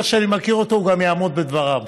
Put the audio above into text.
ואיך שאני מכיר אותו, הוא גם יעמוד בדבריו